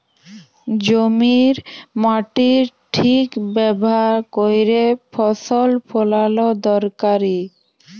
জমির মাটির ঠিক ব্যাভার ক্যইরে ফসল ফলাল দরকারি